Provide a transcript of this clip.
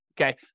okay